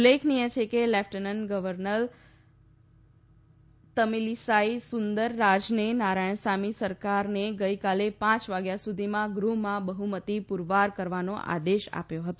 ઉલ્લેખનિય છે કે લેફ્ટનન્ટ ગર્વનર તમિલિસાઈ સુંદર રાજને નારાયણસામી સરકારને ગઈકાલે પાંચ વાગ્યા સુધીમાં ગૃહમાં બહુમતી પુરવાર કરવાનો આદેશ આપ્યો હતો